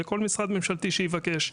לכל משרד ממשלתי שיבקש.